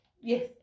Yes